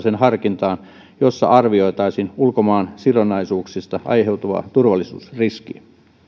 tapauskohtaiseen harkintaan jossa arvioitaisiin ulkomaansidonnaisuuksista aiheutuvaa turvallisuusriskiä